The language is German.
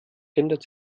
ändert